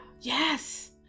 Yes